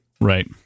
Right